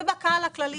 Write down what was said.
ובקהל הכללי